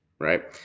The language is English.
right